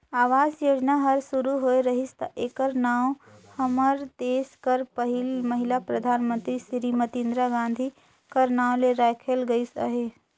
आवास योजना हर सुरू होए रहिस ता एकर नांव हमर देस कर पहिल महिला परधानमंतरी सिरीमती इंदिरा गांधी कर नांव ले राखल गइस अहे